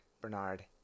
Bernard